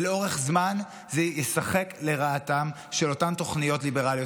ולאורך זמן זה ישחק לרעתן של אותן תוכניות ליברליות.